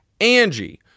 Angie